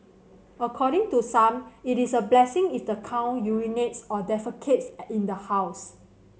according to some it is a blessing if the cow urinates or defecates in the house